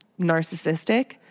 narcissistic